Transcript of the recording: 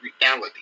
reality